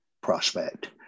prospect